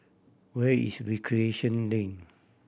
where is Recreation Lane